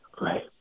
Right